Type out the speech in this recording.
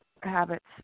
habits